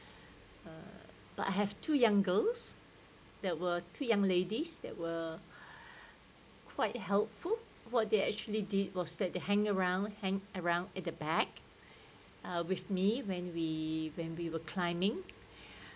but I have two young girls that were two young ladies that were quite helpful what they actually did was that the hang around hang around at the back uh with me when we when we were climbing